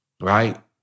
right